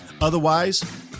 Otherwise